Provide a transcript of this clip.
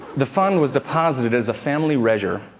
the fund was deposited as a family reasure,